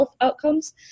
outcomes